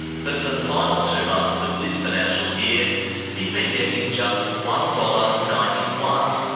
but for the final two months of this financial year, he has been getting just one dollars. ninety one.